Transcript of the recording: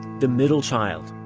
the middle child.